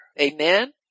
Amen